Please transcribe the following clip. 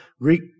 Greek